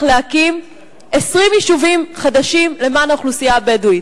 להקים 20 יישובים חדשים למען האוכלוסייה הבדואית.